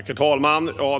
Herr talman!